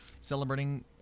celebrating